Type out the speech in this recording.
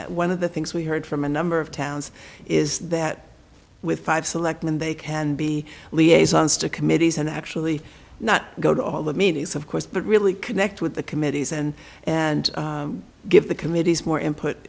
more one of the things we heard from a number of towns is that with five selectman they can be liaisons to committees and actually not go to all the meetings of course but really connect with the committees and and give the committees more input